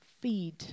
Feed